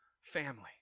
family